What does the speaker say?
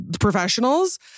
professionals